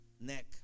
neck